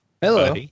Hello